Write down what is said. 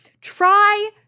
Try